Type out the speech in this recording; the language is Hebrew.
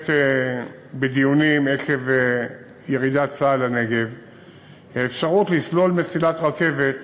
שנמצאת בדיונים עקב ירידת צה"ל לנגב היא האפשרות לסלול מסילת רכבת